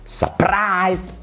surprise